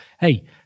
hey